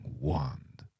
wand